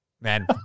Man